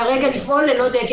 לפעול ללא דלק.